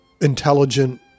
intelligent